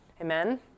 Amen